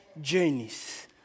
journeys